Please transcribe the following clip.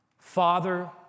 Father